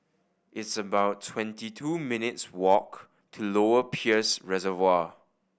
it's about twenty two minutes' walk to Lower Peirce Reservoir